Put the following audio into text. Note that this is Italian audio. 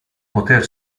poter